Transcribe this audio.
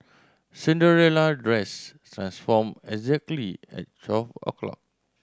Cinderella dress transformed exactly at twelve o'clock